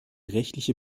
rechtliche